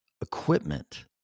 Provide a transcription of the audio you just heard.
equipment